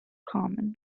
common